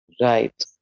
Right